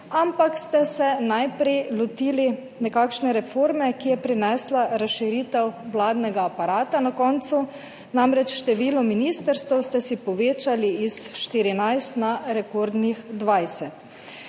ampak ste se najprej lotili nekakšne reforme, ki je na koncu prinesla razširitev vladnega aparata, namreč število ministrstev ste povečali iz 14 na rekordnih 20.